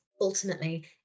ultimately